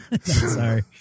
Sorry